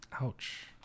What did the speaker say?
Ouch